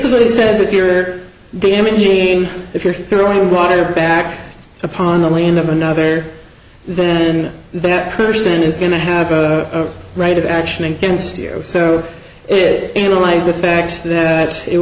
basically says if you're damaging if you're throwing water back upon the land of another then that person is going to have a right of action against you so it analyzed the fact that it